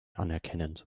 anerkennend